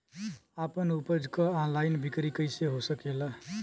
आपन उपज क ऑनलाइन बिक्री कइसे हो सकेला?